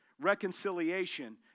reconciliation